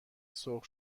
سرخ